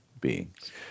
beings